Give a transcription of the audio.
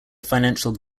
financial